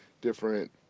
different